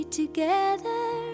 together